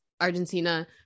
Argentina